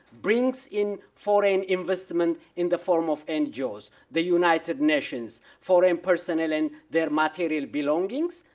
brings in foreign investment in the form of ngos, the united nations foreign personnel and their material belongings,